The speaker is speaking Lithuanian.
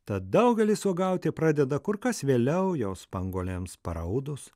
tad daugelis uogauti pradeda kur kas vėliau jau spanguolėms paraudus